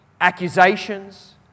accusations